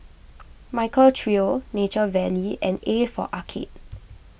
Michael Trio Nature Valley and A for Arcade